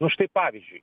nu štai pavyzdžiui